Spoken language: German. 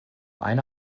eine